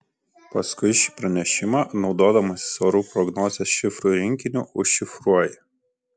paskui šį pranešimą naudodamasis orų prognozės šifrų rinkiniu užšifruoji